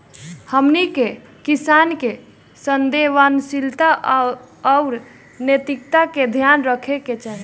हमनी के किसान के संवेदनशीलता आउर नैतिकता के ध्यान रखे के चाही